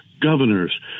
governors